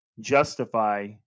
justify